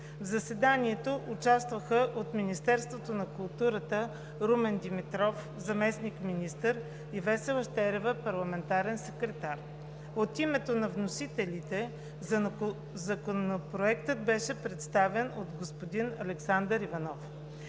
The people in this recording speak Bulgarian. В заседанието участваха от Министерството на културата: Румен Димитров – заместник-министър, и Весела Щерева – парламентарен секретар. От името на вносителите Законопроектът беше представен от господин Александър Иванов.